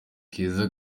keza